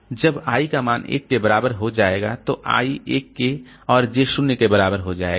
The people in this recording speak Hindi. जब i का मान 1 के बराबर हो जाएगा तो i 1 के और j 0 के बराबर हो जाएगा